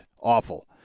Awful